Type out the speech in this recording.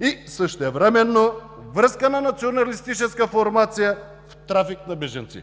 и същевременно връзка на националистическа формация в трафик на бежанци.